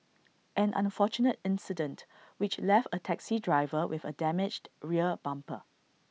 an unfortunate incident which left A taxi driver with A damaged rear bumper